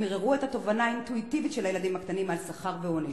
הם ערערו את התובנה האינטואיטיבית של הילדים הקטנים על שכר ועונש,